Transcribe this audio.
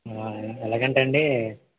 ఆ ఎలాగంటే అండీ